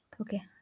okay